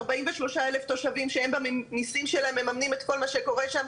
ארבעים ושלושה אלף תושבים שהם במסים שלהם מממנים את כל מה שקורה שם.